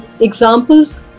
examples